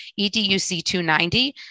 EDUC-290